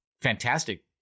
fantastic